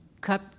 cut